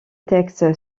texte